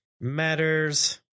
matters